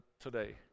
today